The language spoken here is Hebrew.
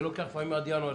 זה לוקח לפעמים עד ינואר.